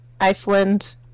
Iceland